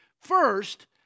First